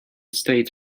states